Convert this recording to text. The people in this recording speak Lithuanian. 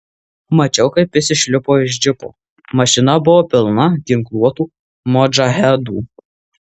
mačiau kaip jis išlipo iš džipo mašina buvo pilna ginkluotų modžahedų